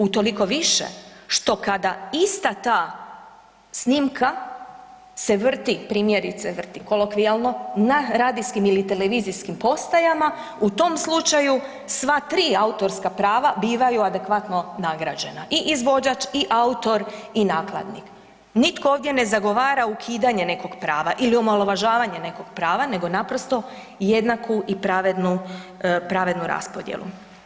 Utoliko više što kada ista ta snimka se vrti primjerice vrti, kolokvijalno na radijskim ili televizijskim postajama, u tom slučaju sva tri autorska prava bivaju adekvatno nagrađena, i izvođač, i autor i nakladnik, nitko ovdje ne zagovara ukidanje nekog prava ili omalovažavanje nekog prava nego naprosto jednaku i pravednu raspodjelu.